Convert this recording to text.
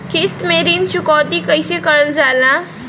किश्त में ऋण चुकौती कईसे करल जाला?